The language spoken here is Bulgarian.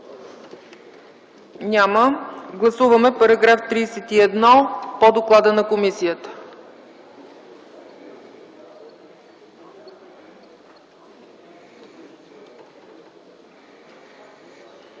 Няма. Гласуваме § 31 по доклада на комисията.